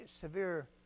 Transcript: severe